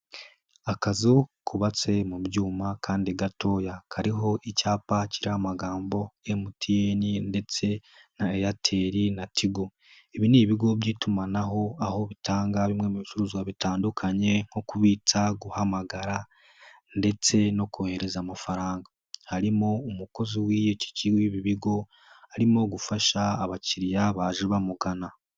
Akazu kubatse mu byuma kandi gatoya kariho icyapa kiri amagambo MTN ndetse na Airtel na Tigo. Ibi ni ibigo by'itumanaho aho bitanga bimwe mu bicuruzwa bitandukanye nko kubitsa, guhamagara ndetse no kohereza amafaranga. Harimo umukozi w'ibyo bigo arimo gufasha abakiriya baje bamugana.